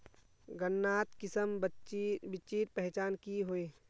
गन्नात किसम बिच्चिर पहचान की होय?